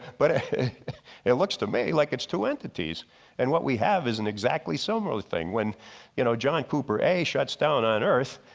but it looks to me like it's two entities and what we have isn't exactly some other thing. when you know john cooper a, shuts down on earth,